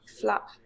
flap